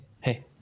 hey